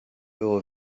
było